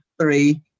three